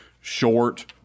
short